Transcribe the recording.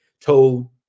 told